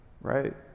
right